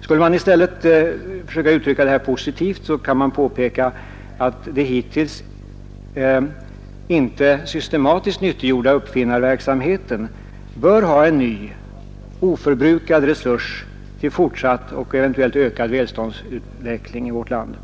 Skulle man i stället försöka uttrycka det här positivt så kan man påpeka att den hittills inte systematiskt nyttiggjorda uppfinnarverksamheten får anses vara en ny oförbrukad resurs till fortsatt och eventuellt ökad välståndsutveckling i vårt land.